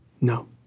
No